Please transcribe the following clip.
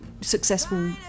successful